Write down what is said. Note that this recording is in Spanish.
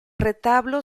retablo